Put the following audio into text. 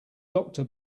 doctor